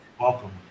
Welcome